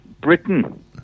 Britain